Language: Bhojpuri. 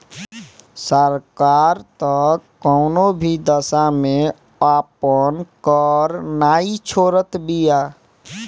सरकार तअ कवनो भी दशा में आपन कर नाइ छोड़त बिया